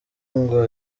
ngo